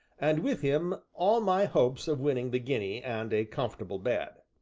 and with him all my hopes of winning the guinea and a comfortable bed.